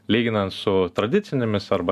lyginant su tradicinėmis arba